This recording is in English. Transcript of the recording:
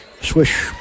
Swish